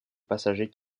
passagers